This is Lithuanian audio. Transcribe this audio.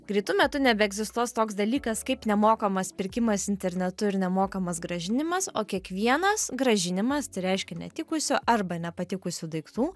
greitu metu nebeegzistuos toks dalykas kaip nemokamas pirkimas internetu ir nemokamas grąžinimas o kiekvienas grąžinimas tai reiškia netikusių arba nepatikusių daiktų